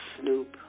Snoop